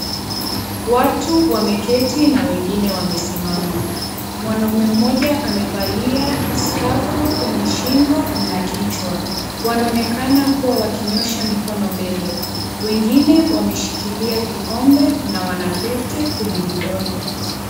Watu wameketi na wengine wamesimama, mwanaume mmoja amevalia skafu kwenye shingo na kichwa, wanaonekana kuwa wakinyoosha mikono mbele, wengine wameshikilia vikombe na wana pete kwenye vidole.